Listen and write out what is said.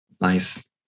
nice